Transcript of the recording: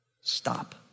stop